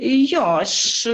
jo aš